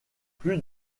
plus